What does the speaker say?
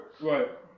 Right